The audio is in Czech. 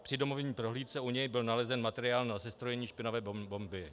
Při domovní prohlídce u něj byl nalezen materiál na sestrojení špinavé bomby.